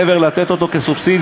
מעבר למתן כסובסידיה,